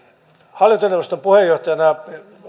hallintoneuvoston puheenjohtajana